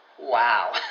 wow